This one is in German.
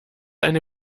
eine